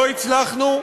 לא הצלחנו,